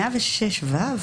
106ו,